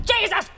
Jesus